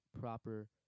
proper